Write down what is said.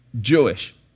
Jewish